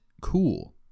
cool